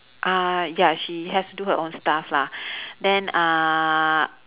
uh ya she has to do her own stuff lah then uh